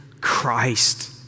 Christ